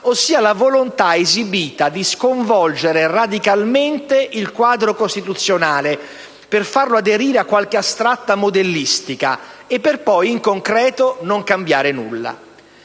ossia la volontà esibita di sconvolgere radicalmente il quadro costituzionale per farlo aderire a qualche astratta modellistica e per poi, in concreto, non cambiare nulla.